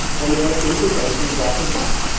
then there are interventions that can help.